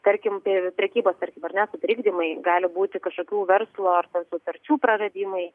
tarkim pre prekybos tarkim ar ne sutrikdymai gali būti kažkokių verslo sutarčių praradimai